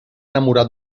enamorar